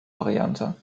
variante